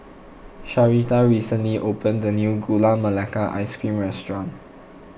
Sharita recently opened a new Gula Melaka Ice Cream restaurant